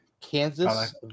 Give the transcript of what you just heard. Kansas